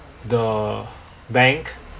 the bank